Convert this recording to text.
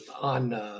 on, –